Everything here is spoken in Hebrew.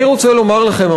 אני רוצה לומר לכם,